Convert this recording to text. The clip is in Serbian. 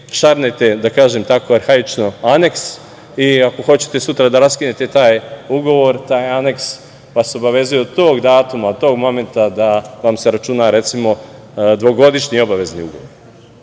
šarnete, da kažem tako arhaično, aneks i ako hoćete sutra da raskinete taj ugovor, taj aneks vas obavezuje od tog datuma, od tog momenta da vam se računa, recimo, dvogodišnji obavezni ugovor. Moram